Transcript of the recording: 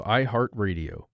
iHeartRadio